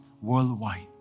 worldwide